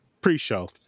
pre-show